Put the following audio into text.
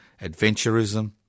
adventurism